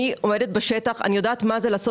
אני עובדת בשטח; אני יודעת מה זה לעשות